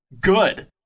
Good